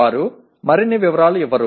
వారు మరిన్ని వివరాలు ఇవ్వరు